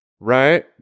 Right